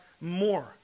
more